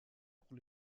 pour